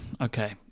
okay